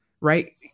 right